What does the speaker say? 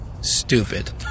Stupid